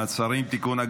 מעצרים) (תיקון,